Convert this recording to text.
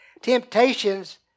Temptations